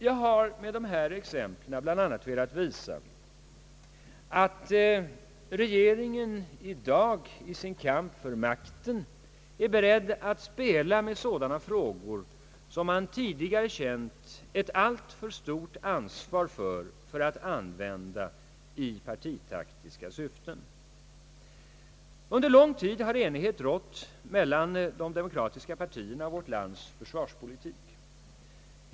Jag har med dessa exempel bl.a. önskat visa att regeringen i dag i sin kamp för makten är beredd att spela med sådana frågor, för vilka man tidigare känt ett alltför stort ansvar för att vilja använda dem i partitaktiska syften. Under lång tid har enighet rått mellan de demokratiska partierna om vårt lands försvarspolitik.